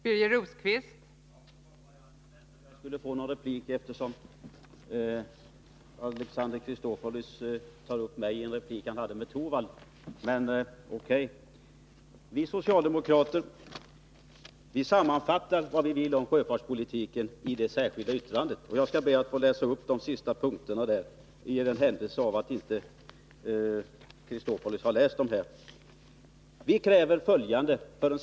Fru talman! Jag hade inte väntat mig att få replikera, men eftersom Alexander Chrisopoulos nu får angripa mig i en replik till Rune Torwald får det vara O.K. Vi socialdemokrater sammanfattar vad vi vill åstadkomma i fråga om sjöfartspolitiken i ett särskilt yttrande, och jag ber att få läsa upp de sista punkternai det, i den händelse Alexander Chrisopoulos inte har läst dem.